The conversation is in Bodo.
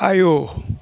आयौ